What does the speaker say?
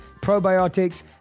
probiotics